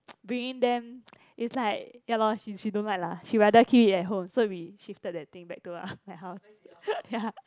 bringing them it's like ya lor she she don't like lah she rather keep it at home so we shifted that thing back to uh my house ya